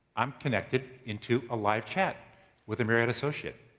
i'm connected into a live chat with a marriott associate.